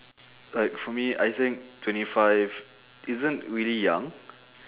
like for me I think twenty five isn't really young